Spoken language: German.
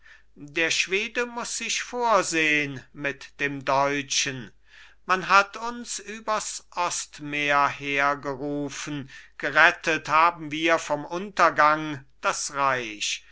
der schwede muß sich vorsehn mit dem deutschen man hat uns übers ostmeer hergerufen gerettet haben wir vom untergang das reich